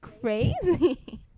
crazy